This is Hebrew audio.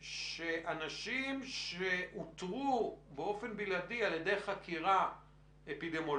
האנשים שנשלח אליהם מסרון לבין מספר האנשים שהגישו